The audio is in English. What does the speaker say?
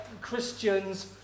Christians